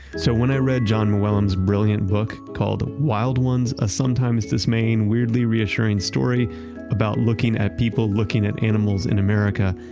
so, when i read jon mooallem's brilliant book called wild ones a sometimes dismaying, weirdly reassuring story about looking at people looking at animals in america.